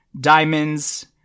diamonds